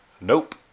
nope